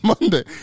Monday